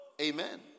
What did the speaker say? Amen